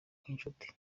nk’inshuti